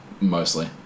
mostly